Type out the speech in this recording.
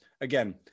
Again